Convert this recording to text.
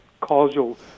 causal